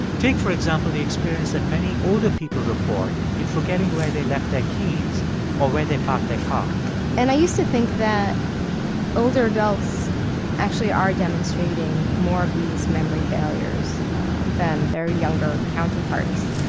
take, for example, the experience that many older people report in forgetting where they left their keys or where they parked their car and i used to think that older adults actually are demonstrating more of these memory failures than their younger counterparts.